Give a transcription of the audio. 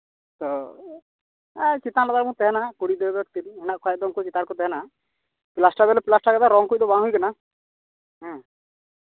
ᱛᱚ ᱟᱨ ᱪᱮᱛᱟᱱ ᱞᱟᱛᱟᱨ ᱵᱚᱱ ᱛᱟᱦᱮᱱᱟ ᱠᱩᱲᱤ ᱜᱤᱫᱽᱨᱟᱹ ᱫᱚ ᱢᱮᱱᱟᱜ ᱠᱚᱠᱷᱟᱱ ᱫᱚ ᱩᱱᱠᱩ ᱪᱮᱛᱟᱱ ᱨᱮᱠᱚ ᱛᱟᱦᱮᱱᱟ ᱯᱞᱟᱥᱴᱟᱨ ᱫᱚᱞᱮ ᱯᱞᱟᱥᱴᱟᱨ ᱠᱟᱫᱟ ᱨᱚᱝ ᱠᱚᱫᱚ ᱵᱟᱝ ᱦᱩᱭ ᱠᱟᱱᱟ ᱦᱮᱸ